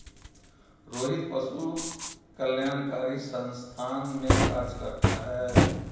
रोहित पशु कल्याणकारी संस्थान में कार्य करता है